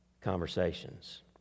conversations